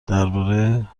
درباره